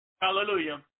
Hallelujah